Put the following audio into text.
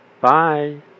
Bye